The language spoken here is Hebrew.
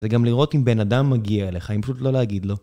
וגם לראות אם בן אדם מגיע אליך אם פשוט לא להגיד לו